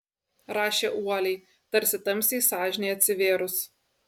rašė uoliai tarsi tamsiai sąžinei atsivėrus